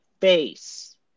face